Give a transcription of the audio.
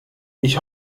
ich